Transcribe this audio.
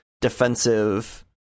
defensive